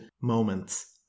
moments